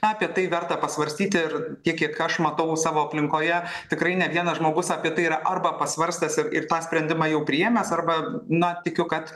apie tai verta pasvarstyti ir tiek kiek aš matau savo aplinkoje tikrai ne vienas žmogus apie tai yra arba pasvarstęs ir tą sprendimą jau priėmęs arba na tikiu kad